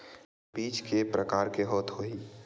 बीज के प्रकार के होत होही?